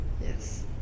Yes